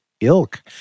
ilk